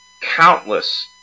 countless